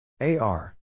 A-R